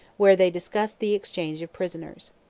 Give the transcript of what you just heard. where they discussed the exchange of prisoners.